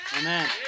Amen